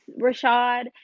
Rashad